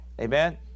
amen